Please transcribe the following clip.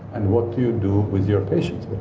and what do you do with your patients?